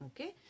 Okay